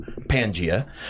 Pangaea